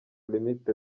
ltd